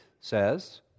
says